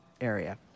area